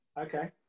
Okay